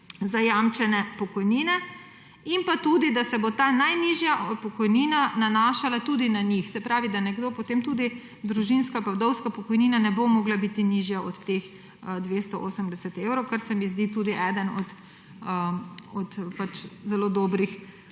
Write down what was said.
zajamčene pokojnine in da se bo najnižja pokojnina nanašala tudi na njih, se pravi, da potem tudi družinska pa vdovska pokojnina ne bo mogla biti nižja od teh 280 evrov, kar se mi zdi tudi eden od zelo dobrih